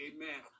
Amen